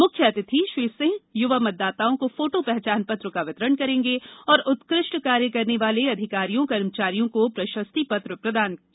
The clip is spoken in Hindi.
मुख्य अतिथि श्री सिंह युवा मतदाताओं को फोटो पहचान पत्र का वितरण करेंगे तथा उत्कृष्ट कार्य करने वाले अधिकारियों कर्मचारियों को प्रशस्ति पत्र प्रदान किये जाएंगे